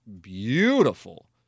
beautiful